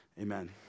Amen